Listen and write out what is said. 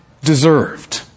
deserved